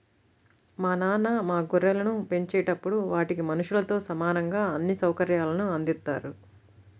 మా నాన్న మా గొర్రెలను పెంచేటప్పుడు వాటికి మనుషులతో సమానంగా అన్ని సౌకర్యాల్ని అందిత్తారు